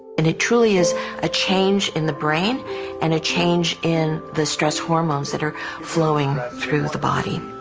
and it truly is a change in the brain and a change in the stress hormones that are going through the body.